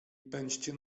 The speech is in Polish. pędźcie